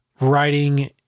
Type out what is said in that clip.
writing